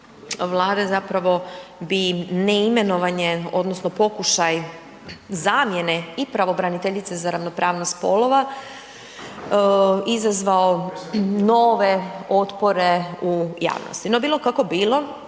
Vlada zapravo bi ne imenovanje odnosno pokušaj zamjene i pravobraniteljice za ravnopravnost spolova izazvao nove otpore u javnosti. No, bilo kako bilo,